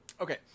Okay